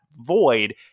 void